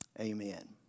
amen